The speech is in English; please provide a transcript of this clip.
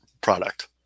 product